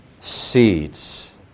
seeds